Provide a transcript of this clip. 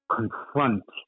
confront